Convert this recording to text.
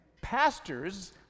pastors